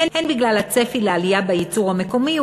הן בגלל הצפי לעלייה בייצור המקומי,